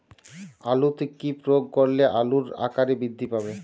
আলুতে কি প্রয়োগ করলে আলুর আকার বৃদ্ধি পাবে?